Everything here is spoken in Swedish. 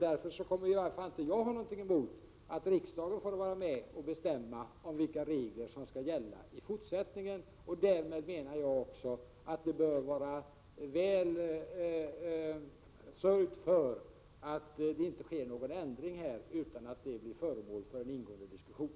Därför kommer i varje fall inte jag att ha någonting emot att riksdagen får vara med och bestämma om vilka regler som skall gälla i fortsättningen. Därmed menar jag att det bör vara väl sörjt för att det inte sker någon ändring utan en ingående diskussion.